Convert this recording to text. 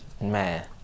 man